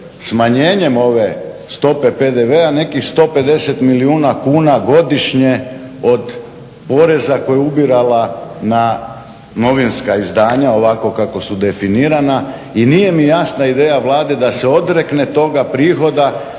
smanjenjem ove stope PDV-a nekih 150 milijuna kuna godišnje od poreza koji je ubirala na novinska izdanja ovako kako su definirana. I nije mi jasna ideja Vlade da se odrekne toga prihoda